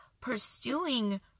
pursuing